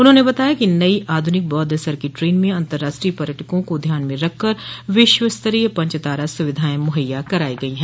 उन्होंने बताया कि नई आधुनिक बौद्ध सर्किट ट्रेन में अतंर्राष्ट्रीय पर्यटकों को ध्यान में रखकर विश्वस्तरीय पंचतारा सुविधाएं मुहैया करायी गई हैं